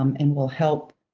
um and will help,